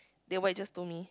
then what you just told me